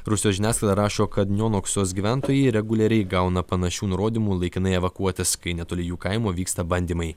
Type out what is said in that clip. rusijos žiniasklaida rašo kad nionoksos gyventojai reguliariai gauna panašių nurodymų laikinai evakuotis kai netoli jų kaimo vyksta bandymai